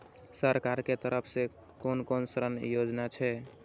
सरकार के तरफ से कोन कोन ऋण योजना छै?